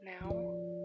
now